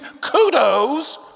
kudos—